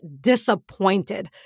disappointed